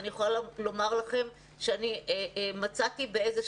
מצאתי באיזו